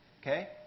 okay